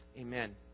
Amen